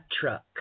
truck